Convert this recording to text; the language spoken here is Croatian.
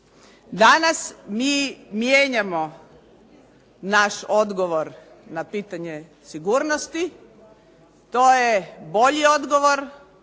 Danas mi mijenjamo naš odgovor na pitanje sigurnosti. To je bolji odgovor,